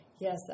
Yes